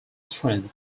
strength